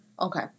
Okay